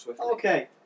Okay